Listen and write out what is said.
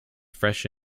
fresh